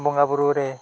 ᱵᱚᱸᱜᱟᱼᱵᱩᱨᱩ ᱨᱮ